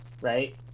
right